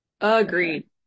Agreed